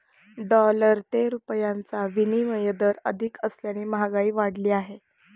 dollar ते रुपयाचा विनिमय दर अधिक असल्याने महागाई वाढली आहे